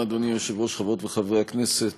אדוני היושב-ראש, תודה רבה, חברות וחברי הכנסת,